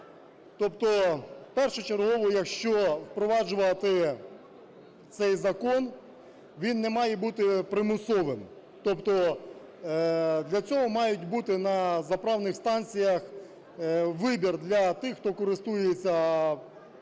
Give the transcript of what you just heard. Тобто першочергово, якщо впроваджувати цей закон, він не має бути примусовим. Тобто для цього має бути на заправних станціях вибір для тих, хто користується